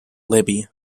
libby